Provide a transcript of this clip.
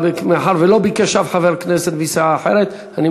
מאחר שאף חבר כנסת מסיעה אחרת לא ביקש,